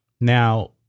Now